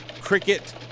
cricket